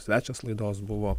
svečias laidos buvo